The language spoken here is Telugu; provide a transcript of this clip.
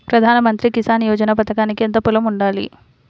ప్రధాన మంత్రి కిసాన్ యోజన పథకానికి ఎంత పొలం ఉండాలి?